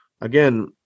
again